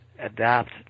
adapt